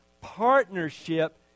partnership